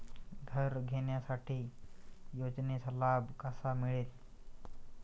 घर घेण्यासाठी योजनेचा लाभ कसा मिळेल?